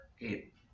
eight